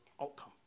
outcome